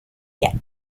yet